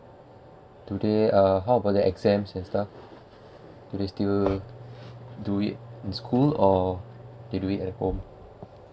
today uh how about the exams and stuff do they still do it in school or they do it at home